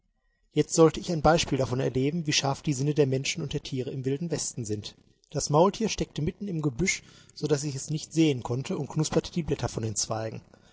jetzt sollte ich ein beispiel davon erleben wie scharf die sinne der menschen und der tiere im wilden westen sind das maultier steckte mitten im gebüsch so daß ich es nicht sehen konnte und knusperte die blätter von den zweigen